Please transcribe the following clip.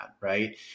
right